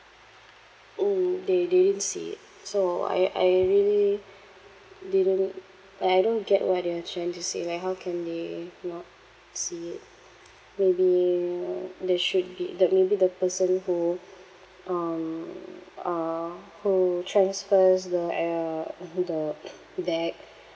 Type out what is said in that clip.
mm they they didn't see it so I I really didn't like I don't get what they are trying to say like how can they not see it maybe uh they should be the maybe the person who um uh who transfers the air uh the bag